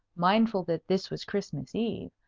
mindful that this was christmas eve,